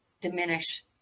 diminish